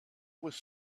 was